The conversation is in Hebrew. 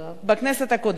בכנסת הקודמת.